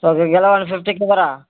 ఒక గెల వన్ ఫిఫ్టీకి ఇవ్వరా